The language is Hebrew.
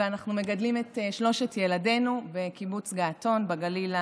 ואנחנו מגדלים את שלושת ילדינו בקיבוץ געתון בגליל המערבי.